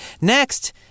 Next